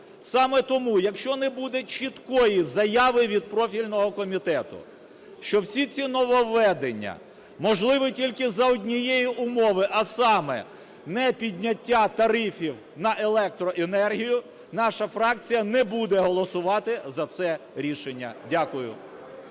Саме тому, якщо не буде чіткої заяви від профільного комітету, що всі ці нововведення можливі тільки за однієї умови, а саме - непідняття тарифів на електроенергію, наша фракція не буде голосувати за це рішення. Дякую.